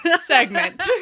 ...segment